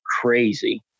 crazy